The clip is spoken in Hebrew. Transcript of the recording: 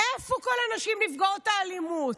איפה כל הנשים נפגעות האלימות?